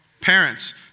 Parents